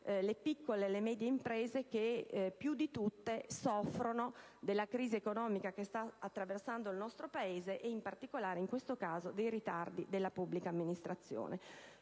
le piccole e medie imprese, che più di tutte soffrono della crisi economica che sta attraversando il nostro Paese e in particolare, in questo caso, dei ritardi della pubblica amministrazione.